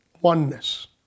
oneness